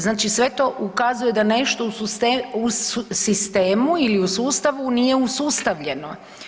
Znači sve to ukazuje da nešto u sistemu ili sustavu nije usustavljeno.